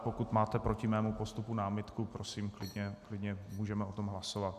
Pokud máte proti mému postupu námitku, prosím, klidně o tom můžeme hlasovat.